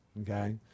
okay